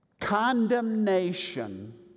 Condemnation